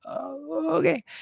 Okay